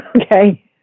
Okay